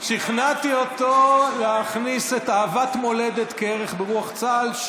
אני שכנעתי אותו להכניס את אהבת המולדת כערך ברוח צה"ל,